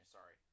Sorry